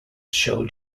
show